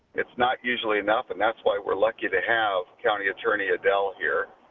it's not usually enough and that's why we're lucky to have county attorney adel here.